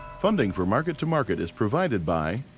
funding for market to market is provided by